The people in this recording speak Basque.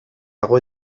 dago